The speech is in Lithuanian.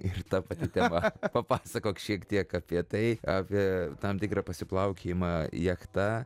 ir ta pati tema papasakok šiek tiek apie tai apie tam tikrą pasiplaukiojimą jachta